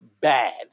bad